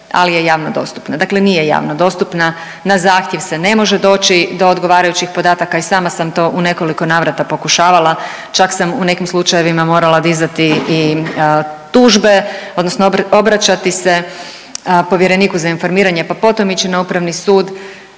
ali je javno dostupna, dakle nije javno dostupna, na zahtjev se ne može doći do odgovarajućih podataka i sama sam to u nekoliko navrata pokušavala, čak sam u nekim slučajevima morala dizati i tužbe odnosno obraćati se povjereniku za informiranje, pa potom ići na Upravni sud.